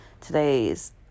today's